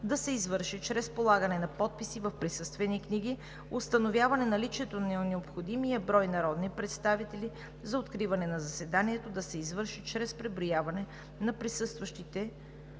да се извърши чрез полагане на подписи в присъствени книги. Установяване наличието на необходимия брой народни представители за откриване на заседанието да се извърши чрез преброяване на присъстващите